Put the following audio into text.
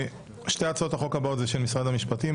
שתי הצעות החוק הבאות הן של משרד המשפטים,